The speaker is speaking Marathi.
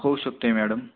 होऊ शकते मॅडम